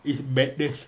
it's